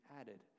added